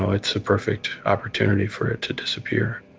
so it's a perfect opportunity for it to disappear